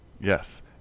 yes